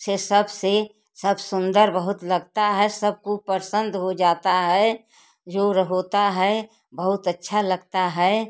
से सबसे सब सुन्दर बहुत लगता है सबको प्रसन्न हो जाता है जोर होता है बहुत अच्छा लगता है